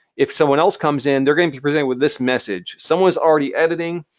if someone else comes in, they're going to be presented with this message. someone is already editing.